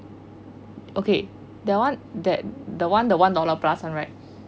okay that one that the one the one dollar plus one right